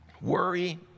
Worry